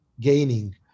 gaining